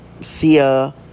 Thea